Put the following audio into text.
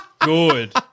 good